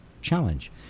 challenge